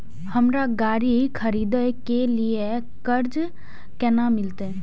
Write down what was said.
हमरा गाड़ी खरदे के लिए कर्जा केना मिलते?